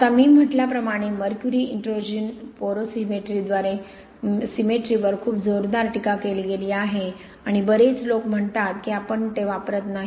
आता मी म्हटल्याप्रमाणे मर्क्युरी इन्ट्रुजन पोरोसिमेट्रीवर खूप जोरदार टीका केली गेली आहे आणि बरेच लोक म्हणतात की आपण ते आता वापरत नाही